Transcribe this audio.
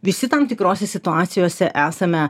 visi tam tikrose situacijose esame